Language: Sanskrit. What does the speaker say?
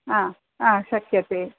आ आ शक्यते